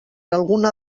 alguna